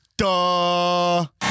duh